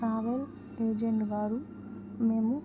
travel agent గారు మేము